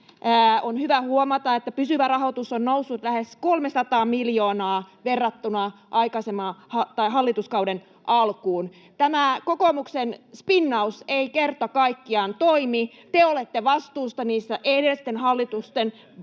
On hyvä huomata, että pysyvä rahoitus on noussut lähes 300 miljoonaa verrattuna hallituskauden alkuun. Kokoomuksen spinnaus ei kerta kaikkiaan toimi. Te olette vastuussa niistä edellisten hallitusten